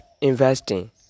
investing